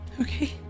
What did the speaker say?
Okay